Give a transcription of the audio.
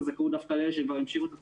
הזכאות דווקא לאלה שכבר המשיכו את התוכנית?